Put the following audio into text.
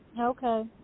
okay